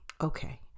Okay